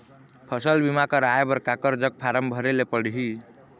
फसल बीमा कराए बर काकर जग फारम भरेले पड़ही?